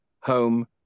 Home